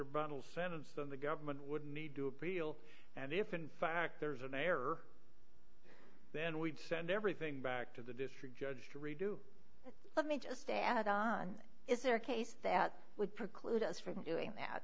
or bottle sentence then the government would need to appeal and if in fact there's an error then we'd send everything back to the district judge to redo let me just add on is there a case that would preclude us from doing that